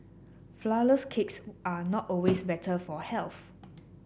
flourless cakes are not always better for health